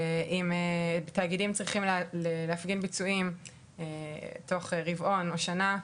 אם תאגידים צריכים להפגין ביצועים תוך רבעון השנה,